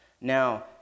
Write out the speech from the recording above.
now